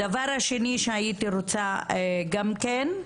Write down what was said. הדבר השני שהייתי רוצה גם כן.